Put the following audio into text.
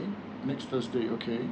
next thursday okay